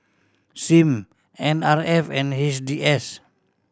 Sim N R F and H D S